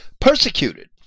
Persecuted